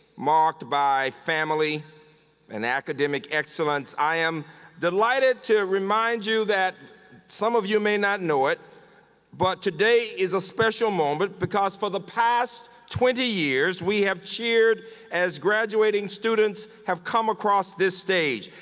marked by family and academic excellence. i am delighted to remind you that some of you may not know it but today is a special moment because for the past twenty years we have cheered as graduating students have come across this stage.